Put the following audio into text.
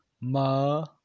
Ma